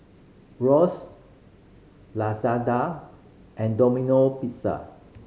Royce Lazada and Domino Pizza